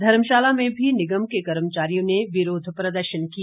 धर्मशाला में भी निगम के कर्मचारियों ने विरोध प्रदर्शन किए